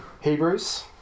Hebrews